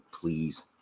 please